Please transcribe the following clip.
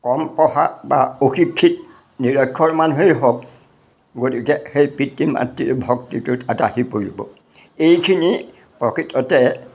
কম পঢ়া বা অশিক্ষিত নিৰক্ষৰ মানুহেই হওক গতিকে সেই পিতৃ মাতৃৰ ভক্তিটোত এটা আহি পৰিব এইখিনি প্ৰকৃততে